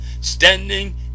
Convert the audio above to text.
standing